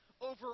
over